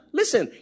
listen